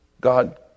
God